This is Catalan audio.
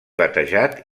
batejat